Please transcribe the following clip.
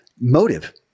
motive